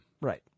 Right